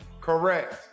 Correct